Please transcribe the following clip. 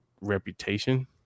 reputation